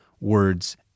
words